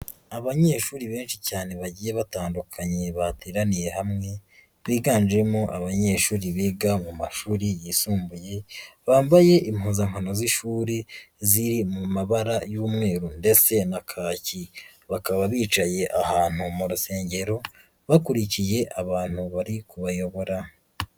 Abanyeshuri benshi cyane bagiye batandukanye bateraniye hamwe, biganjemo abanyeshuri biga mu mashuri yisumbuye, bambaye impuzankano z'ishuri ziri mu mabara y'umweru ndetse na kaki, bakaba bicaye ahantu mu rusengero, bakurikiye abantu bari kubayobora.